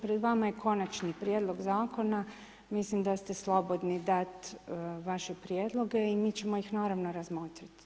Pred vama je konačni prijedlog zakona, mislim da ste slobodni dati vaše prijedloge i mi ćemo ih naravno, razmotriti.